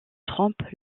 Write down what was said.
trompe